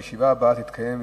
הישיבה הבאה תתקיים,